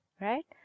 right